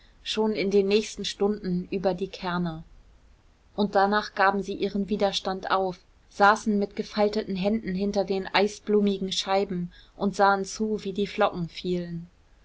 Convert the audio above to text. schon in den nächsten stunden über die kärrner und danach gaben sie ihren widerstand auf saßen mit gefalteten händen hinter den eisblumigen scheiben und sahen zu wie die flocken fielen